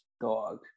dog